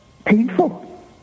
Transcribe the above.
Painful